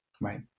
right